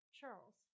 Charles